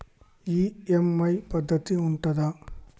EMI పద్ధతి ఉంటదా?